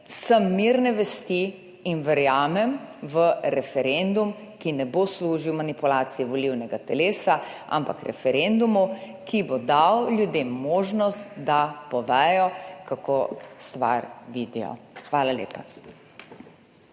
Imam mirno vest in verjamem v referendum, ki ne bo služil manipulaciji volilnega telesa, ampak bo referendum, ki bo dal ljudem možnost, da povedo, kako stvar vidijo. Hvala lepa.